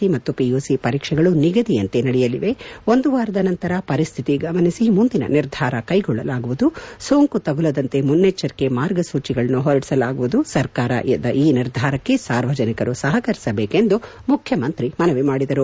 C ಮತ್ತು PUC ಪರೀಕ್ಷೆಗಳು ನಿಗದಿಯಂತೆ ನಡೆಯಲಿವೆ ಒಂದು ವಾರದ ನಂತರ ಪರಿಸ್ಥಿತಿ ಗಮನಿಸಿ ಮುಂದಿನ ನಿರ್ಧಾರ ಕೈಗೊಳ್ಳಲಾಗುವುದು ಸೋಂಕು ತಗುಲದಂತೆ ಮುನ್ನೆಚ್ಚರಿಕೆ ಮಾರ್ಗಸೂಚಿಗಳನ್ನು ಹೊರಡಿಸಲಾಗುವುದು ಸರ್ಕಾರದ ಈ ನಿರ್ಧಾರಕ್ಷೆ ಸಾರ್ವಜನಿಕರು ಸಹಕರಿಸಬೇಕು ಎಂದು ಮುಖ್ಯಮಂತ್ರಿ ಮನವಿ ಮಾಡಿದರು